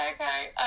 Okay